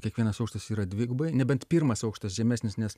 kiekvienas aukštas yra dvigubai nebent pirmas aukštas žemesnis nes